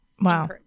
Wow